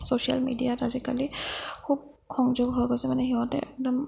social মিডিয়াত আজিকালি খুব সংযোগ হৈ গৈছে মানে সিহঁতে একদম